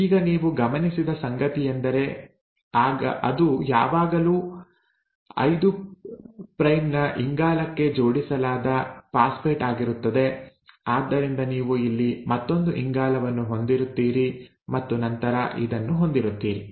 ಈಗ ನೀವು ಗಮನಿಸಿದ ಸಂಗತಿಯೆಂದರೆ ಅದು ಯಾವಾಗಲೂ 5 ಪ್ರೈಮ್ ನ ಇಂಗಾಲಕ್ಕೆ ಜೋಡಿಸಲಾದ ಫಾಸ್ಫೇಟ್ ಆಗಿರುತ್ತದೆ ಆದ್ದರಿಂದ ನೀವು ಇಲ್ಲಿ ಮತ್ತೊಂದು ಇಂಗಾಲವನ್ನು ಹೊಂದಿರುತ್ತೀರಿ ಮತ್ತು ನಂತರ ಇದನ್ನು ಹೊಂದಿರುತ್ತೀರಿ